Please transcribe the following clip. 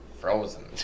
frozen